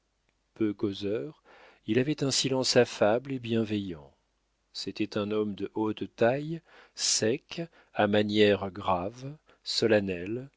peu causeur il avait un silence affable et bienveillant c'était un homme de haute taille sec à manières graves solennelles